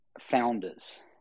founders